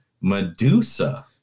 Medusa